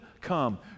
come